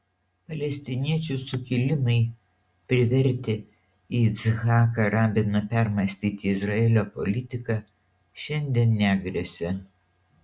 palestiniečių sukilimai privertę yitzhaką rabiną permąstyti izraelio politiką šiandien negresia